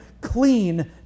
clean